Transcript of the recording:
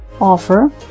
offer